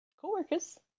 co-workers